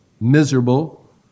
miserable